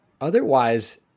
Otherwise